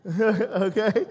Okay